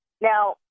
Now